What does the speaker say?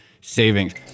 savings